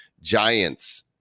Giants